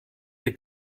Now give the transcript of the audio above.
wir